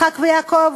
יצחק ויעקב.